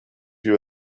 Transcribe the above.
you